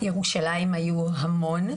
היו הרבה בירושלים.